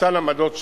לאותן עמדות שירות.